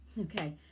Okay